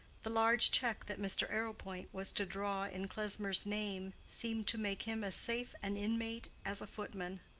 the large check that mr. arrowpoint was to draw in klesmer's name seemed to make him as safe an inmate as a footman.